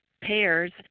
Payers